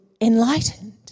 enlightened